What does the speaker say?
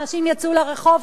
אנשים יצאו לרחוב,